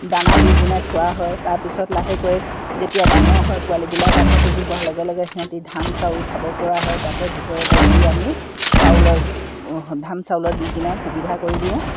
দানা দি কিনে থোৱা হয় তাৰপিছত লাহেকৈ যেতিয়া ডাঙৰ হয় পোৱালিবিলাক আধা কেজি হোৱাৰ লগে লগে সিহঁতে ধান চাউল খাব পৰা হয় তাতে ভিতৰতে দি আমি চাউলৰ ধান চাউলৰ দি কিনে সুবিধা কৰি দিওঁ